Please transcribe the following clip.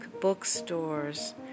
bookstores